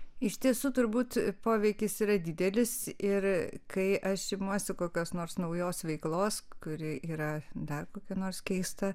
iš tiesų turbūt poveikis yra didelis ir kai aš imuosi kokios nors naujos veiklos kuri yra dar kokia nors keista